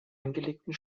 angelegten